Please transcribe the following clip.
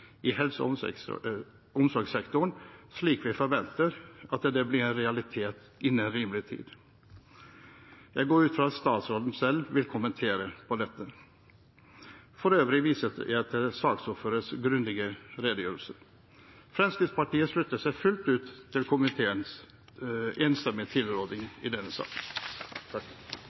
i helse- og omsorgssektoren, slik vi forventer det, blir en realitet innen rimelig tid. Jeg går ut fra at statsråden selv vil kommentere dette. For øvrig viser jeg til saksordførers grundige redegjørelse. Fremskrittspartiet slutter seg fullt ut til komiteens enstemmige tilråding i denne saken.